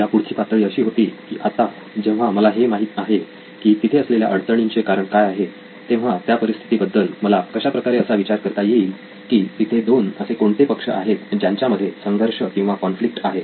या पुढची पातळी अशी होती की आता जेव्हा मला हे माहित आहे की तिथे असलेल्या अडचणींचे कारण काय आहे तेव्हा त्या परिस्थिती बद्दल मला कशा प्रकारे असा विचार करता येईल की तिथे दोन असे कोणते पक्ष आहेत ज्यांच्या मध्ये संघर्ष किंवा कॉन्फ्लिक्ट आहे